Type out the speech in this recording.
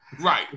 Right